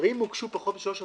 הרי אם הוגשו פחות משלוש הצעות,